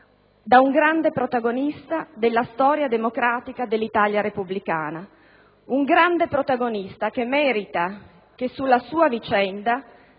da un grande protagonista della storia democratica dell'Italia repubblicana; un grande protagonista che merita che sulla sua vicenda